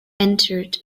entered